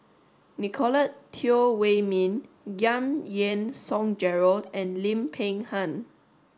Nicolette Teo Wei min Giam Yean Song Gerald and Lim Peng Han